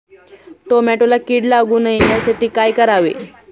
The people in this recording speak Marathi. टोमॅटोला कीड लागू नये यासाठी काय करावे?